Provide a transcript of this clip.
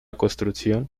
construcción